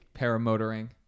Paramotoring